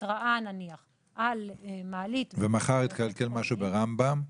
התראה נניח על מעלית --- ואם מחר יתקלקל משהו ברמב"ם?